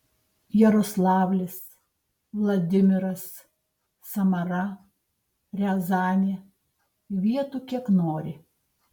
jaroslavlis vladimiras samara riazanė vietų kiek nori